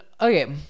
okay